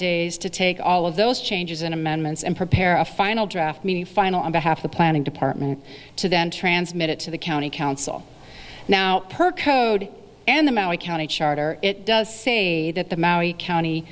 days to take all of those changes in amendments and prepare a final draft meaning final on behalf of the planning department to then transmit it to the county council now per code and the maui county charter it does say that the maui county